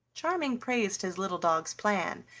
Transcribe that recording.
charming praised his little dog's plan,